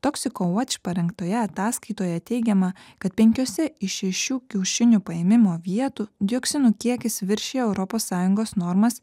toxico watch parengtoje ataskaitoje teigiama kad penkiose iš šešių kiaušinių paėmimo vietų dioksinų kiekis viršija europos sąjungos normas